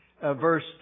verse